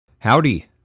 Howdy